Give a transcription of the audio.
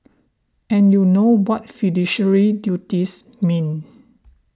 and you know what fiduciary duties mean